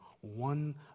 one